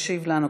ישיב לנו,